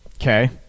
okay